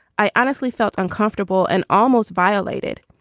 i honestly felt uncomfortable and almost violated.